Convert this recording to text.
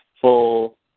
full